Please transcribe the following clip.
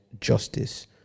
justice